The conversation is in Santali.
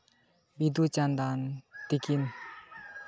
ᱵᱤᱸᱫᱩᱼᱪᱟᱸᱫᱟᱱ ᱛᱟᱹᱠᱤᱱ